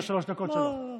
אתה לא רוצה את השלוש דקות שלו?